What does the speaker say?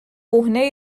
کهنه